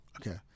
Okay